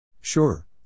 Sure